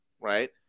right